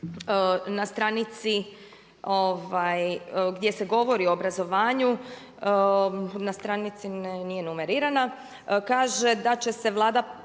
na stranici gdje se govori o obrazovanju, na stranici nije numerirana, kaže da će Vlada